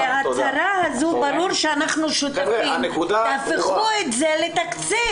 ההצהרה הזו 'ברור שאנחנו שותפים' תהפכו את זה לתקציב.